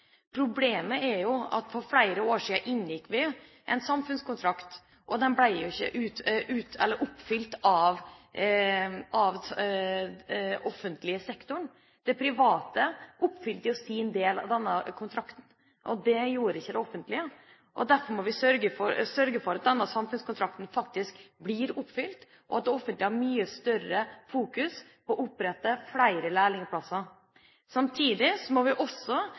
Problemet er at vi for flere år siden inngikk en samfunnskontrakt, og den ble ikke oppfylt av offentlig sektor. De private oppfylte sin del av denne kontrakten. Det gjorde ikke det offentlige. Derfor må vi sørge for at denne samfunnskontrakten faktisk blir oppfylt, og at det offentlige har mye større fokus på å opprette flere læreplasser. Samtidig må vi også